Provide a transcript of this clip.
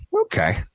Okay